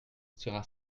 sera